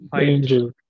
angel